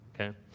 Okay